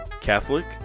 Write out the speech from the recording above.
Catholic